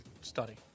Study